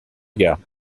gare